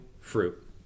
fruit